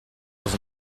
was